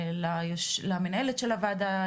למנהלת של הוועדה,